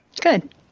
good